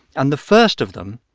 and the first of them,